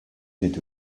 did